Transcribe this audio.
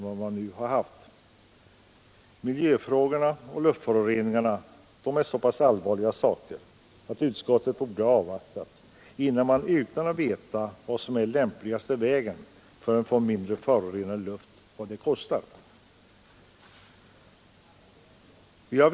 Frågorna om miljöförstöring och luftföroreningar är så allvarliga att utskottet borde ha avvaktat tills man vet vad som är den lämpligaste vägen att få mindre förorenad luft och vad det kostar.